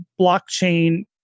blockchain